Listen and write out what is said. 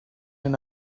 and